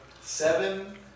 Seven